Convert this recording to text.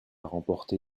remporté